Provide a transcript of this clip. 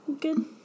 good